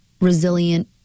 resilient